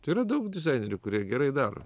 tai yra daug dizainerių kurie gerai daro